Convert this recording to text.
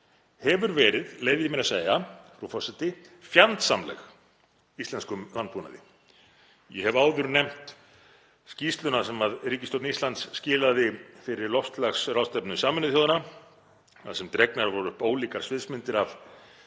hefur verið, leyfi ég mér að segja, frú forseti, fjandsamleg íslenskum landbúnaði. Ég hef áður nefnt skýrsluna sem ríkisstjórn Íslands skilaði fyrir loftslagsráðstefnu Sameinuðu þjóðanna þar sem dregnar voru upp ólíkar sviðsmyndir af